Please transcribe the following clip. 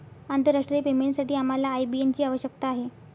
आंतरराष्ट्रीय पेमेंटसाठी आम्हाला आय.बी.एन ची आवश्यकता आहे